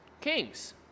Kings